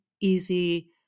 easy